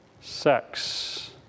Sex